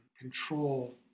control